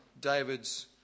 David's